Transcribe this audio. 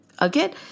Again